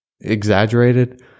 exaggerated